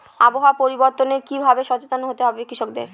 আবহাওয়া পরিবর্তনের কি ভাবে সচেতন হতে হবে কৃষকদের?